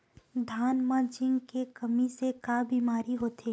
धान म जिंक के कमी से का बीमारी होथे?